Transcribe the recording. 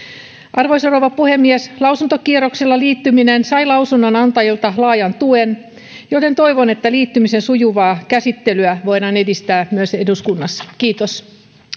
arvoisa rouva puhemies lausuntokierroksella liittyminen sai lausunnon antajilta laajan tuen joten toivon että liittymisen sujuvaa käsittelyä voidaan edistää myös eduskunnassa kiitos